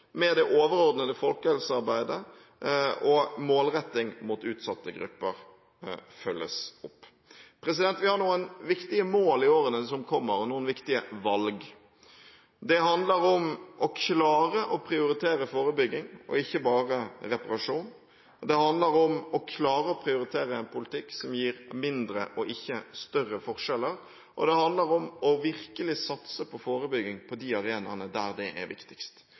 med det overordnede folkehelsearbeidet og målretting mot utsatte grupper, følges opp. Vi har noen viktige mål og noen viktige valg i årene som kommer. Det handler om å klare å prioritere forebygging, ikke bare reparasjon. Det handler om å klare å prioritere en politikk som gir mindre, og ikke større, forskjeller, og det handler om virkelig å satse på forebygging på de arenaene der det er viktigst.